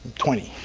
twenty,